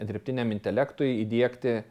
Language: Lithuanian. dirbtiniam intelektui įdiegti